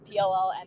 PLL